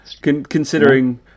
Considering